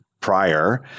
prior